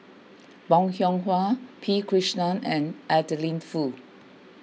Bong Hiong Hwa P Krishnan and Adeline Foo